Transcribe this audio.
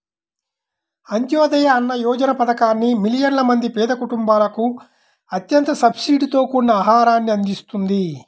అంత్యోదయ అన్న యోజన పథకాన్ని మిలియన్ల మంది పేద కుటుంబాలకు అత్యంత సబ్సిడీతో కూడిన ఆహారాన్ని అందిస్తుంది